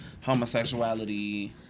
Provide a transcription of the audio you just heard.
Homosexuality